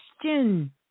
question